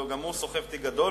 וגם הוא סוחב תיק גדול,